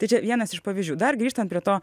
tai čia vienas iš pavyzdžių dar grįžtant prie to